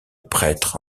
prêtre